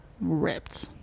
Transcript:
ripped